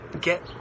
get